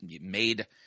made